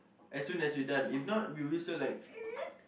as soon as we done if not we whistle like